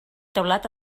teulat